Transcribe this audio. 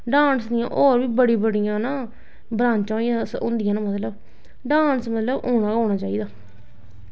dance होर बी बड़ियां बड़ियां ना ब्रांचां होंदियां न मतलब डांस मतलब औना गै औना चाहिदा